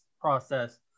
process